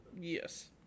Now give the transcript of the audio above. Yes